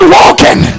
walking